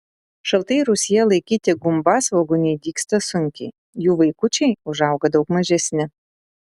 šaltai rūsyje laikyti gumbasvogūniai dygsta sunkiai jų vaikučiai užauga daug mažesni